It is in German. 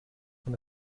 von